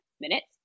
minutes